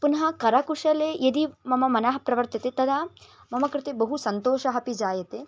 पुनः करकुशले यदि मम मनः प्रवर्तते तदा मम कृते बहु सन्तोषः अपि जायते